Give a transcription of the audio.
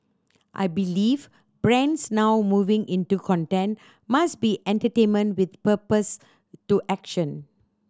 I believe brands now moving into content must be entertainment with purpose to action